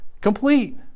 Complete